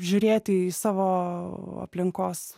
žiūrėti į savo aplinkos